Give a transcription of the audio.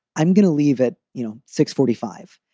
i'm going to leave at you know six forty five,